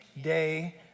day